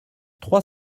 trois